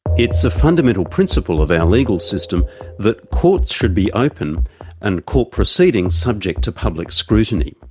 it's a fundamental principle of our legal system that courts should be open and court proceedings subject to public scrutiny.